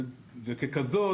וככזאת,